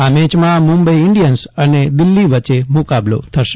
આ મેચમાં મુંબઇ ઇન્ડિયન્સ અને દિલ્હી વચ્ચે મુકાબલો થશે